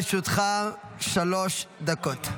לרשותך שלוש דקות.